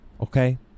okay